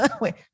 wait